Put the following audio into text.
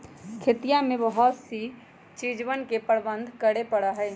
खेतिया में बहुत सी चीजवन के प्रबंधन करे पड़ा हई